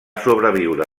sobreviure